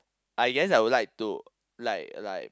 I guess I would like to like like